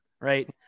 right